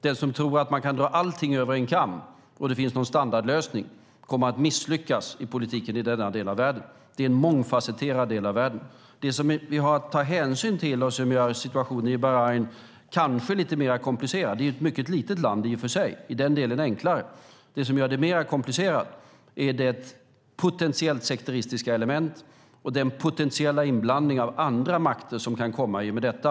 Den som tror att man kan dra allting över en kam och som tror att det finns någon standardlösning kommer att misslyckas i politiken i denna del av världen. Detta är en mångfasetterad del av världen. Det som vi har att ta hänsyn till och som kanske gör situationen i Bahrain lite mer komplicerad - det är i och för sig ett mycket litet land och i den delen enklare - är det potentiellt sekteristiska element och den potentiella inblandning av andra makter som kan komma i och med detta.